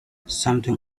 something